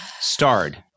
starred